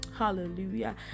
hallelujah